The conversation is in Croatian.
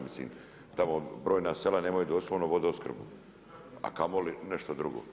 Mislim tamo brojna sela nemaju doslovno vodoopskrbu a kamoli nešto drugo.